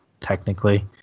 technically